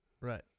Right